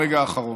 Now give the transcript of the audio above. הרגע האחרון.